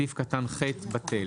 סעיף קטן (ח) בטל.